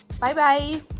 Bye-bye